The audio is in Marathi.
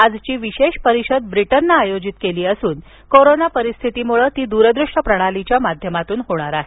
आजची विशेष परिषद ब्रिटननं आयोजित केली असून कोरोना परिस्थितीमुळं ती दूरदृश्य प्रणालीच्या माध्यमातून होणार आहे